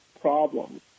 problems